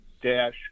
dash